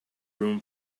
room